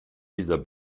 dieser